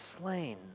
slain